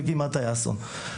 וכמעט היה אסון.